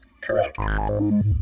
Correct